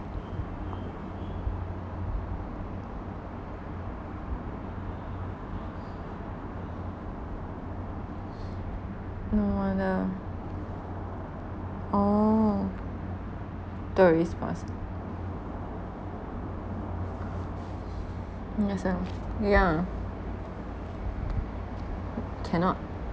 no wonder oh tourist spots yes ah yeah cannot